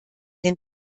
den